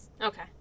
Okay